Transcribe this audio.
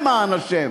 למען השם.